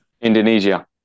Indonesia